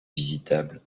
visitable